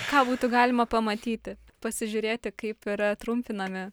ką būtų galima pamatyti pasižiūrėti kaip yra trumpinami